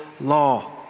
law